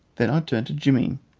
then i turned to jimmy,